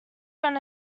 run